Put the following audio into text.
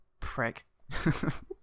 Preg